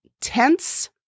Tense